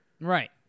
Right